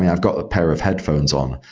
i've got a pair of headphones on.